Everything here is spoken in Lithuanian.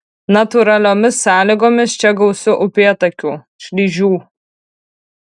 natūraliomis sąlygomis čia gausu upėtakių šlyžių